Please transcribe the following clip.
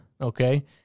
okay